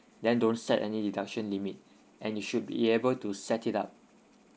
then don't set any deduction limit and you should be able to set it up